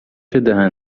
دهن